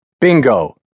Bingo